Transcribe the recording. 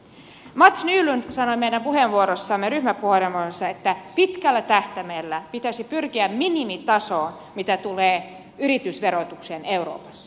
mats nylund sanoi meidän ryhmäpuheenvuorossamme että pitkällä tähtäimellä pitäisi pyrkiä minimitasoon mitä tulee yritysverotukseen euroopassa